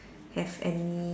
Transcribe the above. have any